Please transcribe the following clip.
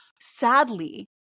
sadly